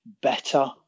better